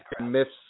myths